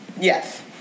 Yes